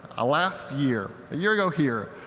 ah last year, a year ago here,